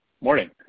Morning